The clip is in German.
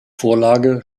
vorlage